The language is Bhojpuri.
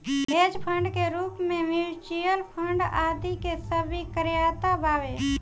हेज फंड के रूप में म्यूच्यूअल फंड आदि के स्वीकार्यता बावे